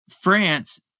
France